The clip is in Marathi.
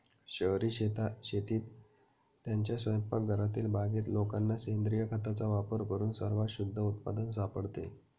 शहरी शेतीत, त्यांच्या स्वयंपाकघरातील बागेत लोकांना सेंद्रिय खताचा वापर करून सर्वात शुद्ध उत्पादन सापडते